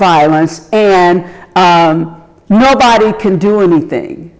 violence and nobody can do anything